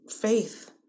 faith